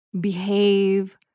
behave